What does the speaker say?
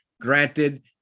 Granted